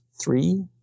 Three